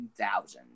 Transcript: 2000